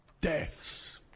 Deaths